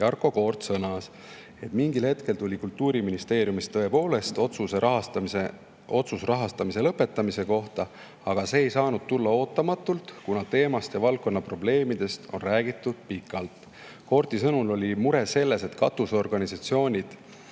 Jarko Koort sõnas, et mingil hetkel tuli Kultuuriministeeriumist tõepoolest otsus rahastamise lõpetamise kohta, aga see ei saanud tulla ootamatult, kuna sellest teemast ja valdkonna probleemidest on räägitud pikalt. Koorti sõnul oli mure selles, et katusorganisatsioonid